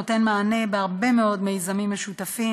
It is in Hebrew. נותן מענה בהרבה מאוד מיזמים משותפים.